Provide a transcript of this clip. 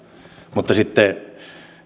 mutta sitten